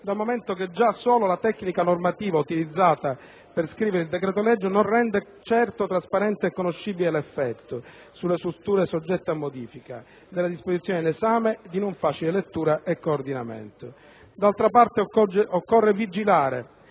dal momento che già solo la tecnica normativa utilizzata per scrivere il decreto-legge non rende certo trasparente e conoscibile l'effetto, sulle strutture soggette a modifica, delle disposizioni in esame, di non facile lettura e coordinamento. D'altra parte, occorre vigilare